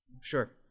Sure